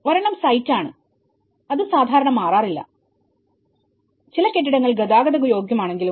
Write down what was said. ഒരെണ്ണം സൈറ്റ്ആണ് അത് സാദാരണ മാറാറില്ല ചില കെട്ടിടങ്ങൾ ഗതാഗതയോഗ്യമാണെങ്കിലും